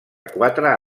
quatre